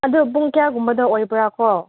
ꯑꯗꯨ ꯄꯨꯡ ꯀꯌꯥꯒꯨꯝꯕꯗ ꯑꯣꯏꯕ꯭ꯔꯥꯀꯣ